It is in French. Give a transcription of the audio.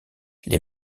les